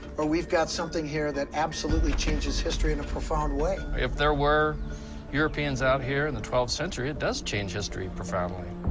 or we've got something here that absolutely changes history in a profound way. if there were europeans out here in the twelfth century, it does change history profoundly.